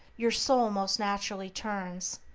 your soul most naturally turns,